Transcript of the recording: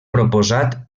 proposat